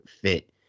fit